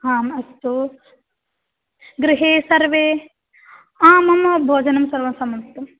आम् अस्तु गृहे सर्वे आम् मम भोजनं सर्वं समाप्तम्